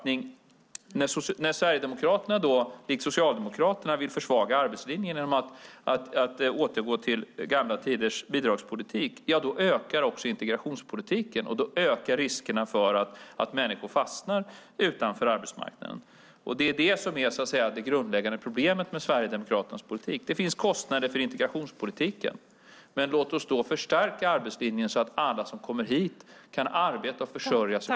När Sverigedemokraterna likt Socialdemokraterna vill försvaga arbetslinjen genom att återgå till gamla tiders bidragspolitik ökar också integrationspolitiken, och då ökar riskerna för att människor fastnar utanför arbetsmarknaden. Det är det som är det grundläggande problemet med Sverigedemokraternas politik. Det finns kostnader för integrationspolitiken. Men låt oss då förstärka arbetslinjen så att alla som kommer hit kan arbeta och försörja sig!